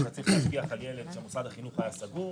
אתה צריך להשגיח על ילד כשמוסד החינוך היה סגור,